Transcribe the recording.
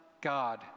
God